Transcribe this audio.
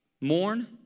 mourn